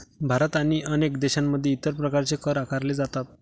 भारत आणि अनेक देशांमध्ये इतर प्रकारचे कर आकारले जातात